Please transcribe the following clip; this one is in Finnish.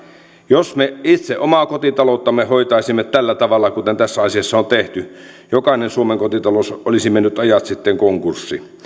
jos me itse omaa kotitalouttamme hoitaisimme tällä tavalla kuin tässä asiassa on tehty jokainen suomen kotitalous olisi mennyt ajat sitten konkurssiin